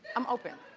i'm open,